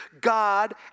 God